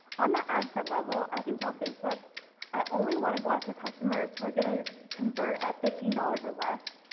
on the ad set level i can tell facebook i only want to go after customers who are gonna convert at fifteen dollars or less,